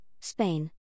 Spain